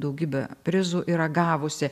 daugybę prizų yra gavusi